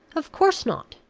of course not!